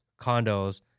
condos